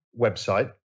website